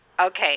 Okay